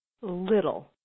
Little